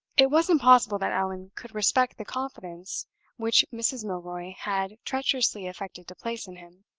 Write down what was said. it was impossible that allan could respect the confidence which mrs. milroy had treacherously affected to place in him.